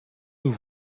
nous